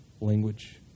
language